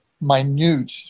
minute